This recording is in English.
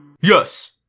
Yes